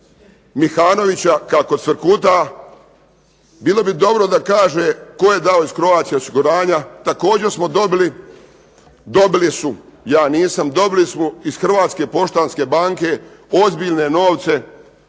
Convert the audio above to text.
Mihanovića kako cvrkuta. Bilo bi dobro da kaže tko je dao iz Croatia osiguranja. Također smo dobili su, ja nisam, dobili su iz Hrvatske poštanske banke ozbiljne novce.